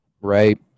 right